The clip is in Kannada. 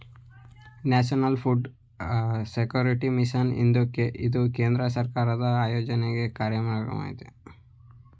ನ್ಯಾಷನಲ್ ಫುಡ್ ಸೆಕ್ಯೂರಿಟಿ ಮಿಷನ್ ಇದು ಕೇಂದ್ರ ಸರ್ಕಾರ ಆಯೋಜಿತ ಕಾರ್ಯಕ್ರಮವಾಗಿದೆ